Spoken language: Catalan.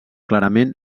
clarament